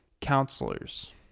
counselors